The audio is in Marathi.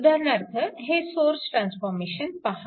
उदाहरणार्थ हे सोर्स ट्रान्सफॉर्मेशन पहा